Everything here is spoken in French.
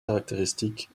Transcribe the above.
caractéristiques